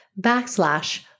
backslash